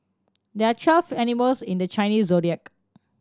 there are twelve animals in the Chinese Zodiac